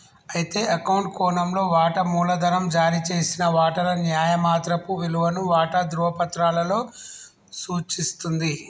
అయితే అకౌంట్ కోణంలో వాటా మూలధనం జారీ చేసిన వాటాల న్యాయమాత్రపు విలువను వాటా ధ్రువపత్రాలలో సూచిస్తుంది